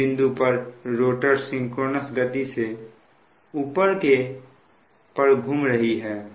उस बिंदु पर रोटर सिंक्रोनस गति से ऊपर के गति पर घूम रही है